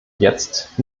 jetzt